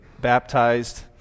baptized